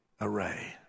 array